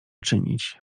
czynić